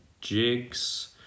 Jigs